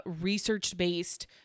research-based